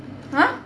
!huh!